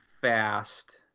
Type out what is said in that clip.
fast